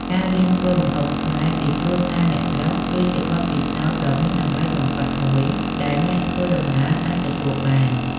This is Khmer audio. ការរៀនធ្វើម្ហូបខ្មែរពីគ្រួសារអ្នកស្រុក គឺជាបទពិសោធន៍ដ៏មានតម្លៃបំផុតមួយដែលអ្នកធ្វើដំណើរអាចទទួលបាន។